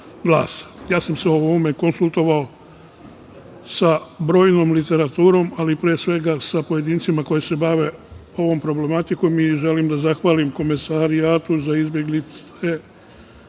sam se o ovom konsultovao sa brojnom literaturom, ali pre svega sa pojedincima koji se bave ovom problematikom i želim da se zahvalim Komesarijatu za izbeglice